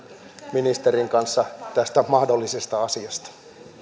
ministerin kanssa tästä mahdollisesta asiasta